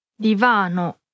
Divano